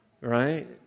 right